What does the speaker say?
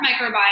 microbiome